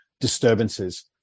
disturbances